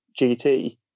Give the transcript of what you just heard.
GT